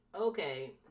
Okay